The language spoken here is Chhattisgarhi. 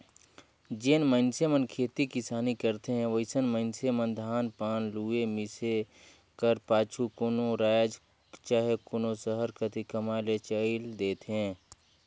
जेन मइनसे मन खेती किसानी करथे अइसन मइनसे मन धान पान लुए, मिसे कर पाछू कोनो राएज चहे कोनो सहर कती कमाए ले चइल देथे